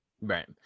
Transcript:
Right